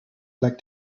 like